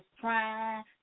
trying